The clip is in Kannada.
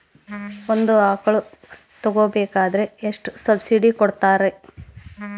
ಒಂದು ಆಕಳ ತಗೋಬೇಕಾದ್ರೆ ಎಷ್ಟು ಸಬ್ಸಿಡಿ ಕೊಡ್ತಾರ್?